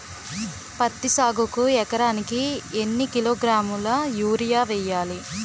పత్తి సాగుకు ఎకరానికి ఎన్నికిలోగ్రాములా యూరియా వెయ్యాలి?